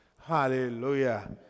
Hallelujah